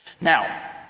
Now